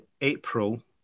April